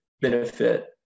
benefit